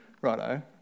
righto